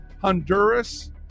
Honduras